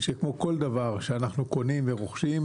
שכמו כל דבר שאנחנו קונים ורוכשים,